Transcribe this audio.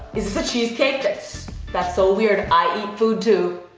is this a cheesecake? that's that's so weird. i eat food too.